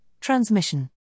transmission